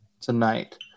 tonight